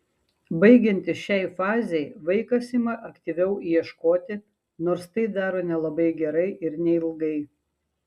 baigiantis šiai fazei vaikas ima aktyviau ieškoti nors tai daro nelabai gerai ir neilgai